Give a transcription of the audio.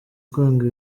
kwanga